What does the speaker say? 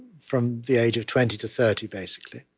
from the age of twenty to thirty, basically.